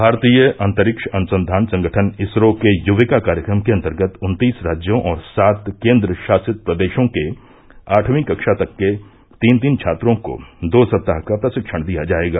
भारतीय अंतरिक्ष अनुसंधान संगठन इसरो के युविका कार्यक्रम के अंतर्गत उन्तीस राज्यों और सात केन्द्र शासित प्रदेशों के आठवीं कक्षा तक के तीन तीन छात्रों को दो सप्ताह का प्रशिक्षण दिया जाएगा